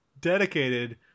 dedicated